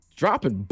Dropping